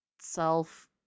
Self